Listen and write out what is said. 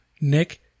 Nick